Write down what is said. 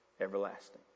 everlasting